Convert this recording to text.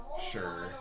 Sure